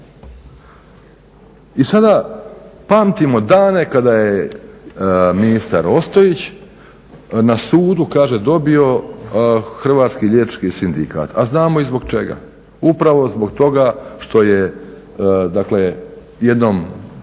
I sada pamtimo dane kada je ministar Ostojić na sudu kaže dobio Hrvatski liječnički sindikat, a znamo i zbog čega. Upravo zbog toga što je jednom